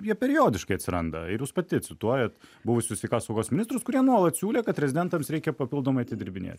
jie periodiškai atsiranda ir jūs pati cituojat buvusius sveikatos apsaugos ministrus kurie nuolat siūlė kad rezidentams reikia papildomai atidirbinėt